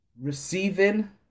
receiving